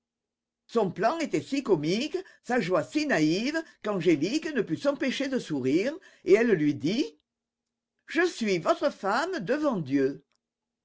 son plan était si comique sa joie si naïve qu'angélique ne put s'empêcher de sourire et elle lui dit je suis votre femme devant dieu